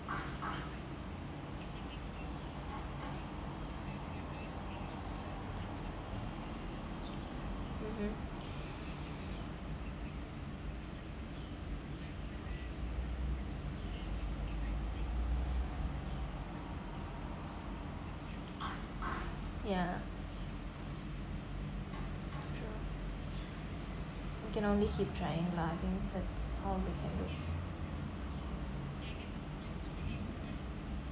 ya you can only keep trying lah I think that's all we can do